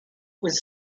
was